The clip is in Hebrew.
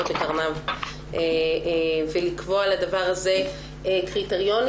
בקרניו ולקבוע לדבר הזה קריטריונים.